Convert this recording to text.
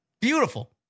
Beautiful